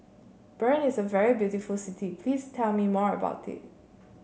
Bern is a very beautiful city please tell me more about it